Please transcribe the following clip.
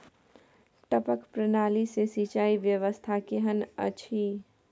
टपक प्रणाली से सिंचाई व्यवस्था केहन अछि?